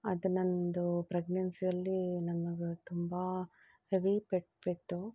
ಅದು ನಂದು ಪ್ರೆಗ್ನೆನ್ಸಿಯಲ್ಲಿ ನನಗೆ ತುಂಬ ಹೆವಿ ಪೆಟ್ಟು ಬಿತ್ತು